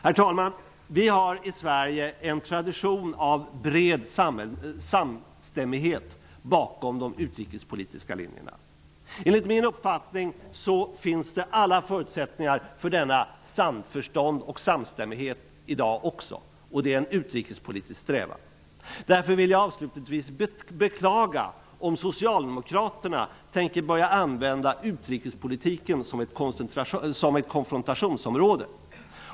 Herr talman! Vi i Sverige har en tradition av bred samstämmighet bakom de utrikespolitiska linjerna. Enligt min uppfattning finns alla förutsättningar för detta samförstånd och denna samstämmighet också i dag. Detta är en utrikespolitisk strävan. Därför beklagar jag avslutningsvis om Socialdemokraterna tänker börja använda utrikespolitiken som konfrontationsområde.